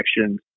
actions